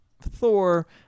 Thor